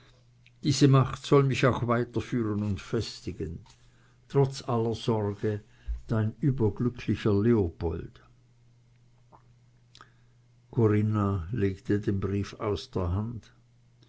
diese macht soll mich auch weiter führen und festigen trotz aller sorge dein überglücklicher leopold corinna legte den brief aus der hand